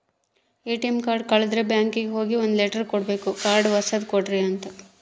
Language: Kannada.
ಎ.ಟಿ.ಎಮ್ ಕಾರ್ಡ್ ಕಳುದ್ರೆ ಬ್ಯಾಂಕಿಗೆ ಹೋಗಿ ಒಂದ್ ಲೆಟರ್ ಕೊಡ್ಬೇಕು ಕಾರ್ಡ್ ಹೊಸದ ಕೊಡ್ರಿ ಅಂತ